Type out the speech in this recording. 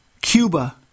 Cuba